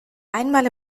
einmal